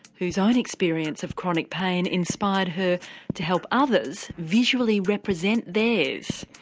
whose own experience of chronic pain inspired her to help others visually represent theirs.